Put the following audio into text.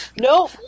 No